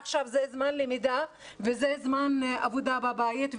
עכשיו זה זמן למידה וזה זמן עבודה בבית,